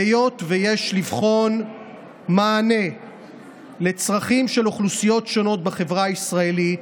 והיות שיש לבחון מענה לצרכים של אוכלוסיות שונות בחברה הישראלית,